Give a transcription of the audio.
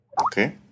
Okay